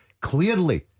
Clearly